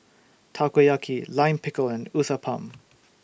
Takoyaki Lime Pickle and Uthapam